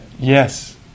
Yes